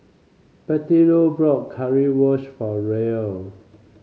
Bettylou bought Currywurst for Roel